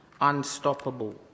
Unstoppable